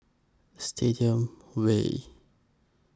Stadium Way